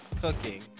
cooking